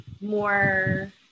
more